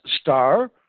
star